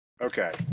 Okay